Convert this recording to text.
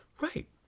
Right